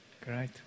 Great